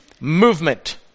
movement